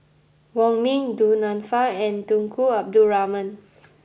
Wong Ming Du Nanfa and Tunku Abdul Rahman